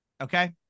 Okay